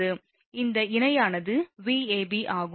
இந்த இணையானது Vab ஆகும்